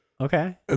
Okay